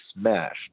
smashed